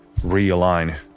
realign